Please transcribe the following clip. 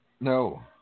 No